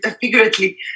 Figuratively